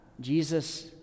Jesus